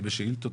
אני בשאילתות,